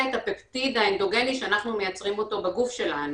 את הפפטיד האנדוגני שאנחנו מייצרים אותו בגוף שלנו,